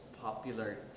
popular